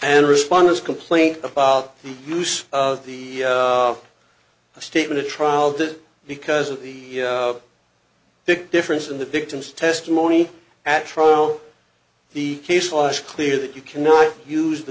and responder's complained about the use of the statement a trial that because of the big difference in the victim's testimony at trial the case was clear that you cannot use the